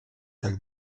tak